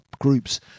Groups